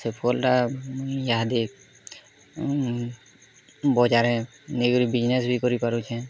ସେ ଫଲ୍ଟା ମୁଇଁ ଇହାଦେ ବଜାରେ ନେଇ କରି ବିଜ୍ନେସ୍ ବି କରିପାରୁଛେଁ